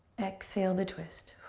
exhale the twist.